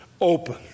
open